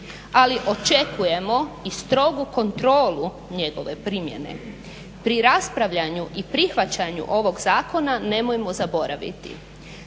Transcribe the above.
Ali očekujemo i strogu kontrolu njegove primjene. Pri raspravljanju i prihvaćanju ovog zakona nemojmo zaboraviti.